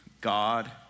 God